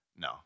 No